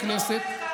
זה לא עובד ככה.